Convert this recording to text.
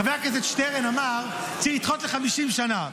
חבר הכנסת שטרן אמר צריך לדחות ל-50 שנה.